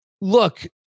Look